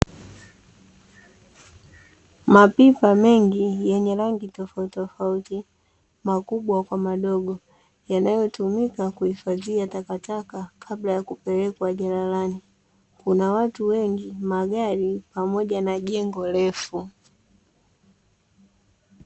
Mapipa mengi yenye rangi tofautitofauti makubwa kwa madogo yanayotumika kuifadhia takataka kabla ya kupelekwa jalalani, kuna watu wengi, magari pamoja na jengo refu.